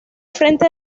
frente